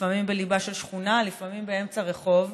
לפעמים בליבה של שכונה, לפעמים באמצע רחוב,